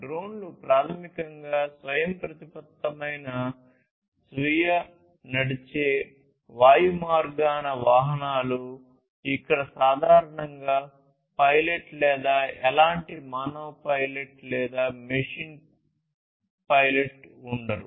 డ్రోన్లు ప్రాథమికంగా స్వయంప్రతిపత్తమైన స్వీయ నడిచే వాయుమార్గాన వాహనాలు ఇక్కడ సాధారణంగా పైలట్ లేదా ఎలాంటి మానవ పైలట్ లేదా మెషిన్ పైలట్ ఉండరు